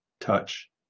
touch